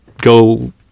go